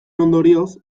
ondorioz